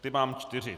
Ty mám čtyři.